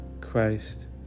Christ